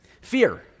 Fear